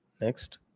Next